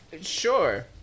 sure